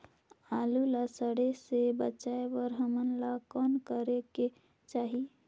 आलू ला सड़े से बचाये बर हमन ला कौन करेके चाही?